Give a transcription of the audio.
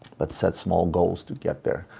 but set small goals to get there.